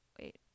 Wait